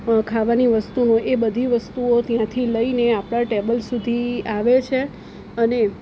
ખાવાની વસ્તુઓ એ બધી એ બધી વસ્તુઓ ત્યાંથી લઈને આપણાં ટેબલ સુધી આવે છે અને